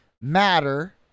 matter